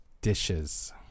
Dishes